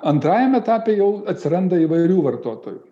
antrajam etape jau atsiranda įvairių vartotojų